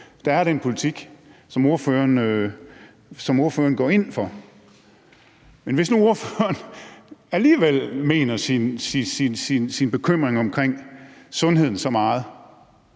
der er af den politik, som ordføreren går ind for. Men hvis nu ordføreren alligevel mener det, hun siger om sin bekymring omkring sundheden så meget,